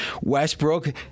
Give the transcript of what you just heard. Westbrook